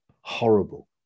horrible